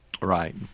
right